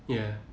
ya